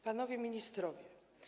Panowie Ministrowie!